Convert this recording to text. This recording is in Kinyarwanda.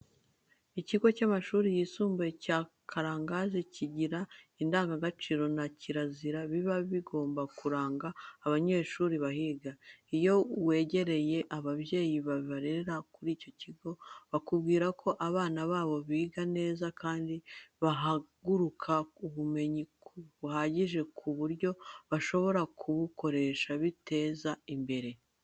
Ikigo cy'amashuri yisumbuye cya Karangazi kigira indangagaciro na kirazira biba bigomba kuranga abanyeshuri bahiga. Iyo wegereye ababyeyi barerera kuri iki kigo, bakubwira ko abana babo biga neza kandi bahakura ubumenyi buhagije ku buryo bashobora kubukoresha biteza imbere.